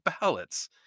ballots